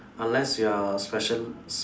unless you're are a special~